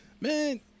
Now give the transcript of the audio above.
Man